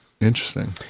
Interesting